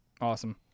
Awesome